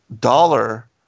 dollar